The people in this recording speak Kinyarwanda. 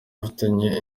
afitanye